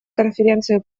конференцию